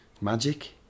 magic